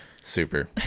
Super